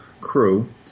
crew